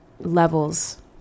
levels